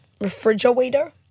Refrigerator